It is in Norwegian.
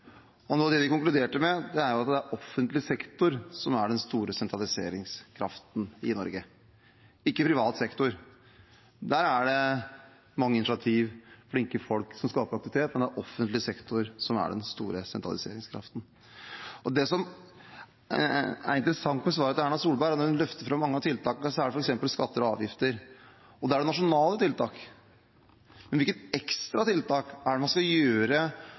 lesning. Noe av det de konkluderte med, var at det er offentlig sektor som er den store sentraliseringskraften i Norge, ikke privat sektor. Der er det mange initiativ og flinke folk som skaper aktivitet, men det er offentlig sektor som er den store sentraliseringskraften. Det som er interessant med svaret til Erna Solberg, er at når hun løfter fram mange av tiltakene, f.eks. skatter og avgifter, er det nasjonale tiltak. Men hvilke ekstra tiltak er det man skal